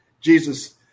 Jesus